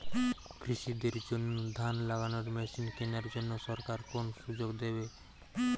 কৃষি দের জন্য ধান লাগানোর মেশিন কেনার জন্য সরকার কোন সুযোগ দেবে?